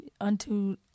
unto